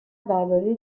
درباره